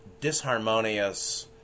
disharmonious